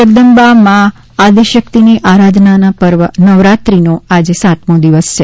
જગદંબા મા આદ્યશક્તિની આરાધના પર્વ નવરાત્રિનો આજે સાતમો દિવસ છે